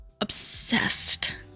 obsessed